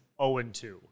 0-2